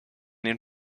den